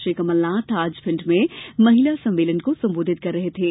श्री कमलनाथ आज भिण्ड में महिला सम्मेलन को संबोधित कर रहे थे